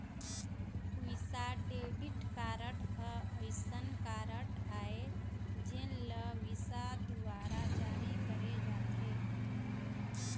Visa debit card ह असइन card आय जेन ल विसा दुवारा जारी करे जाथे